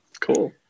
Cool